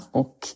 och